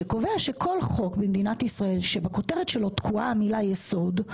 שקובע שכל חוק במדינת ישראל שבכותרת שלו תקועה המילה יסוד,